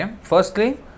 Firstly